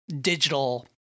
digital